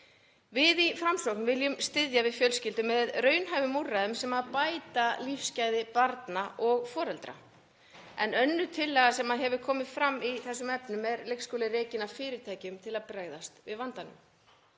Við í Framsókn viljum styðja við fjölskyldur með raunhæfum úrræðum sem bæta lífsgæði barna og foreldra. Önnur tillaga sem hefur komið fram í þessum efnum er leikskóli rekinn af fyrirtækjum til að bregðast við vandanum.